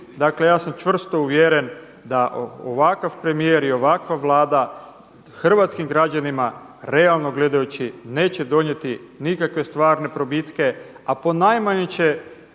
Dakle, ja sam čvrsto uvjeren da ovakav premijer i ovakva Vlada hrvatskim građanima realno gledajući neće donijeti nikakve stvarne probitke, a ponajmanje će